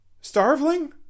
Starveling